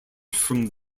from